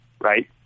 right